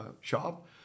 shop